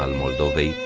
um moldavia,